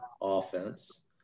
offense